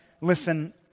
Listen